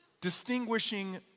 distinguishing